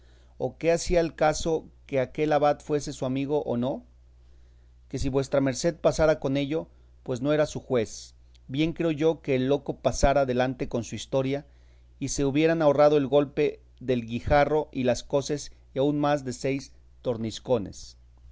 o qué hacía al caso que aquel abad fuese su amigo o no que si vuestra merced pasara con ello pues no era su juez bien creo yo que el loco pasara adelante con su historia y se hubieran ahorrado el golpe del guijarro y las coces y aun más de seis